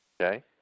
Okay